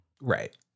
Right